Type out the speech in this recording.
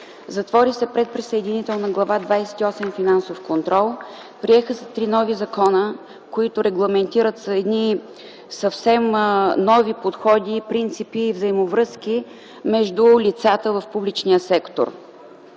Затвори се предприсъединителна глава 28 „Финансов контрол”, приеха се три нови закона, които регламентират съвсем нови подходи, принципи и взаимовръзки между лицата в публичния сектор.